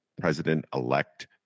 President-elect